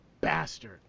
bastard